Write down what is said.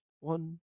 one